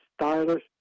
stylish